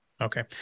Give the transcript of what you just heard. Okay